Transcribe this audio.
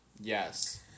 Yes